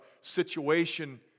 situation